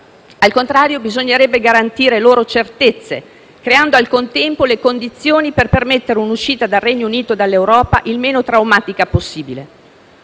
Al contrario, bisognerebbe garantire loro certezze, creando al contempo le condizioni per permettere un'uscita del Regno Unito dall'Europa il meno traumatica possibile.